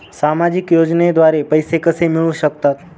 सामाजिक योजनेद्वारे पैसे कसे मिळू शकतात?